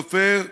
סופר,